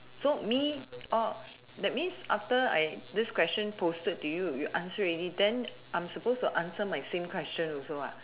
so me oh that means after I this question posted to you you answer ready then I'm supposed to answer my same question also ah